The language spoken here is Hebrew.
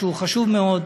שהוא חשוב מאוד,